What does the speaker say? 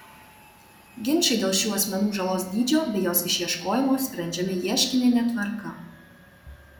ginčai dėl šių asmenų žalos dydžio bei jos išieškojimo sprendžiami ieškinine tvarka